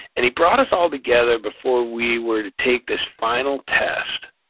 and he brought us all together before we were to take this final test,